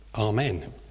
Amen